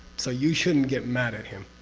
so you shouldn't get mad at him.